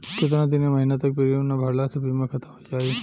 केतना दिन या महीना तक प्रीमियम ना भरला से बीमा ख़तम हो जायी?